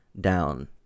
down